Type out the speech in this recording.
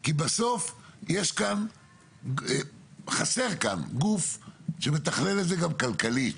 כי בסוף חסר כאן גוף שמתכלל את זה גם כלכלית.